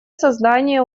сознание